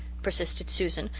persisted susan,